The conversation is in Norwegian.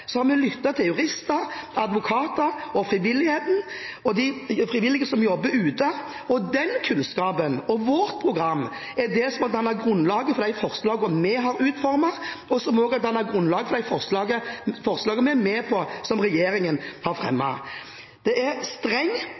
har vi lyttet til jurister, advokater og frivilligheten, også de frivillige som jobber ute, og det er den kunnskapen – og vårt program – som har dannet grunnlaget for de forslagene vi har utformet, og som også har dannet grunnlaget for de forslagene vi er med på, som regjeringen har fremmet. Det er